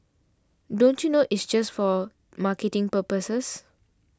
don't you know it's just for marketing purposes